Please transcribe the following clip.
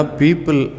people